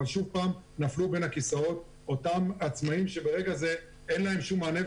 אבל שום פעם נפלו בין הכיסאות אותם עצמאים שברגע זה אין להם שום מענה,